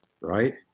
right